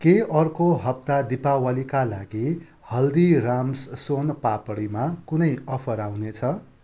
के अर्को हप्ता दीपावलीका लागि हल्दीराम्स सोन पापडीमा कुनै अफर आउनेछ